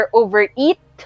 overeat